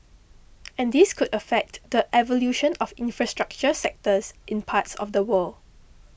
and this could affect the evolution of infrastructure sectors in parts of the world